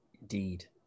indeed